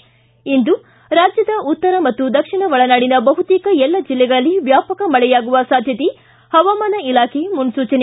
ಿ ಇಂದು ರಾಜ್ಯದ ಉತ್ತರ ಮತ್ತು ದಕ್ಷಿಣ ಒಳನಾಡಿನ ಬಹುತೇಕ ಎಲ್ಲ ಜಿಲ್ಲೆಗಳಲ್ಲಿ ವ್ಯಾಪಕ ಮಳೆಯಾಗುವ ಸಾಧ್ಯತೆ ಹವಾಮಾನ ಇಲಾಖೆ ಮುನ್ಸುಚನೆ